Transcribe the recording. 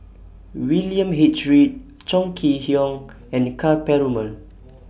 William H Read Chong Kee Hiong and Ka Perumal